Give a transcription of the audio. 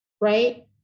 right